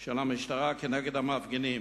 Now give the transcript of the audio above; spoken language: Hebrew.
של המשטרה כנגד המפגינים.